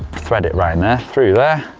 thread it round there, through there,